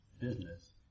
business